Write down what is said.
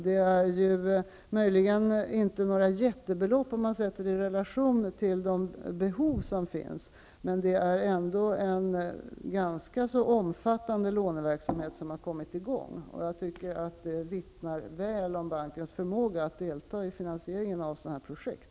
Det är möjligen inte några jättebelopp om man sätter det i relation till de behov som finns. Men det är ändå en ganska så omfattande låneverksamhet som har kommit i gång. Jag tycker att det vittnar väl om bankens förmåga att delta i finansieringen av sådana här projekt.